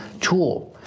tool